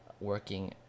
working